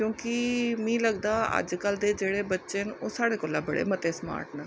क्योंकि मिगी लगदा अजकल्ल दे जेह्ड़े बच्चे न ओह् साढ़े कोला बड़े मते स्मार्ट न